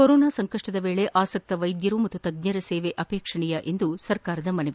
corona ಸಂಕಷ್ಟದ ವೇಳೆ ಆಸಕ್ತ ವೈದ್ಯರು ಮತ್ತು ತಜ್ಞರ ಸೇವೆ ಅಪೇಕ್ಷಣೀಯ ಸರ್ಕಾರದ ಮನವಿ